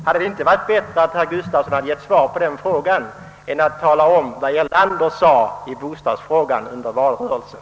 Hade det inte varit bättre att herr Gustafsson lämnat svar på den frågan i stället för att tala om vad herr Erlander yttrade i bostadsfrågan under valrörelsen?